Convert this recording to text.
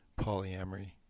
polyamory